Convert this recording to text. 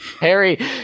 harry